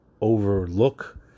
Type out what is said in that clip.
overlook